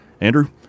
Andrew